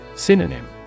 Synonym